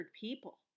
people